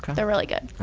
they're really good.